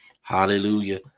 Hallelujah